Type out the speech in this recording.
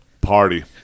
Party